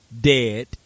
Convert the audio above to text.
dead